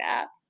up